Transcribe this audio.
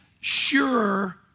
sure